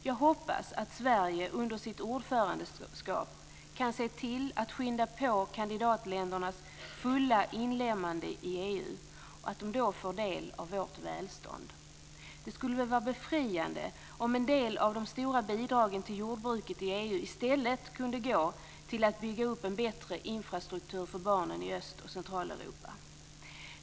Jag hoppas att Sverige under sitt ordförandeskap kan se till att skynda på kandidatländernas fulla inlemmande i EU och att de då får del av vårt välstånd. Det skulle väl vara befriande om en del av de stora bidragen till jordbruket i EU i stället kunde gå till att bygga upp en bättre infrastruktur för barnen i Östoch Centraleuropa.